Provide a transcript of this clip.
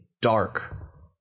dark